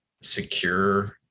secure